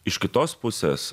iš kitos pusės